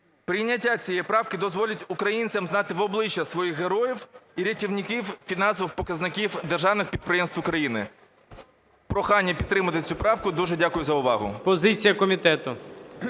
Прийняття цієї правки дозволить українцям знати в обличчя своїх героїв і рятівників фінансових показників державних підприємств України. Прохання підтримати цю правку. Дуже дякую за увагу.